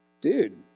dude